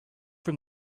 from